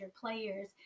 players